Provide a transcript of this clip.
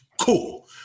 Cool